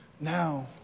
Now